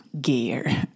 gear